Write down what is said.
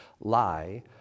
lie